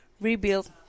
rebuilt